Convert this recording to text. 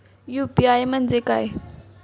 UPI म्हणजे काय?